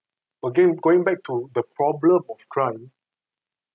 again going back to the problem of crime